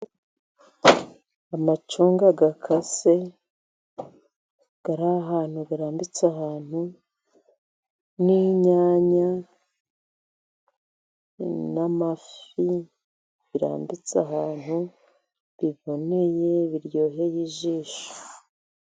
Amacunga akase, ari ahantu, birambitse ahantu n'inyanya n'amafi, birambitse ahantu biboneye, biryoheye ijisho